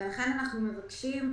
אנחנו לא הסכמנו לזה,